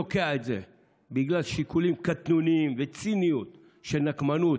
תוקע את זה בגלל שיקולים קטנוניים וציניים של נקמנות,